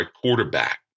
quarterback